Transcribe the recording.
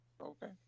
Okay